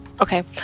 Okay